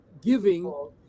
giving